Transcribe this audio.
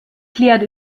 klärt